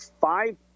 five